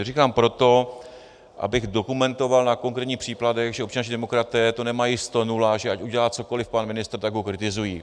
To říkám proto, abych dokumentoval na konkrétních příkladech, že občanští demokraté to nemají stonula, že ať udělá cokoli pan ministr, tak ho kritizují.